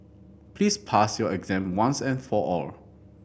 please pass your exam once and for all